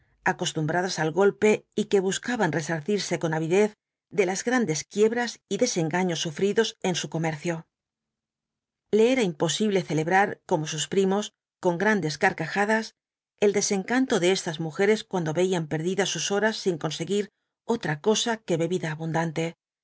acostumbradas al golpe y que buscaban resarcirse con avidez de las grandes quiebras y desengaños sufridos en su comercio le era imposible celebrar como sus primos con grandes carcajadas el desencanto de estas mujeres cuando veían perdidas sus horas sin conseguir otra cosa que bebida abundante